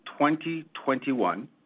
2021